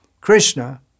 Krishna